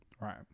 Right